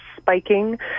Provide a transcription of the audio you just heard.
spiking